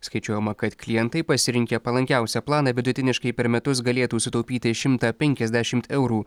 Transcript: skaičiuojama kad klientai pasirinkę palankiausią planą vidutiniškai per metus galėtų sutaupyti šimtą penkiasdešimt eurų